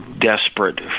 desperate